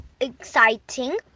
exciting